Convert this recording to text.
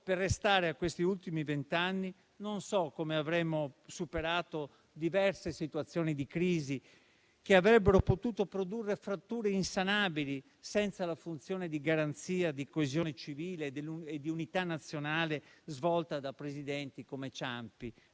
per restare agli ultimi vent'anni, non so come avremmo superato diverse situazioni di crisi che avrebbero potuto produrre fratture insanabili senza la funzione di garanzia, di coesione civile e di unità nazionale svolta da Presidenti come Ciampi,